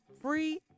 Free